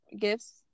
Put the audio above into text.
gifts